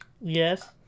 yes